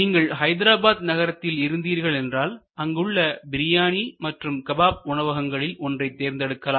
நீங்கள் ஹைதராபாத் நகரத்தில் இருந்தீர்கள் என்றால் அங்கு உள்ள பிரியாணி மற்றும் கபாப் உணவகங்களில் ஒன்றை தேர்ந்தெடுக்கலாம்